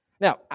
Now